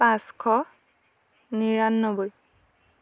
পাঁচশ নিৰান্নবৈ